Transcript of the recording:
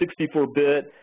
64-bit